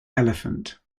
elephant